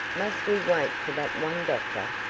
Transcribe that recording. must we wait for that one doctor?